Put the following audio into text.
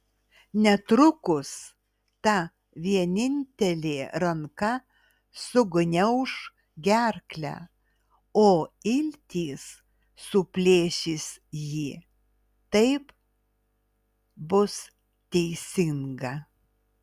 netrukus ta vienintelė ranka sugniauš gerklę o iltys suplėšys jį taip bus teisinga